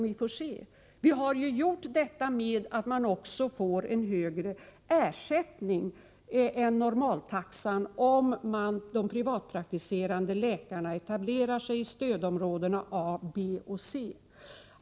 Vi har ju också sett till att privatpraktiserande läkare får en högre ersättning än normaltaxan om de etablerar sig i stödområdena A, B och C.